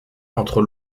entre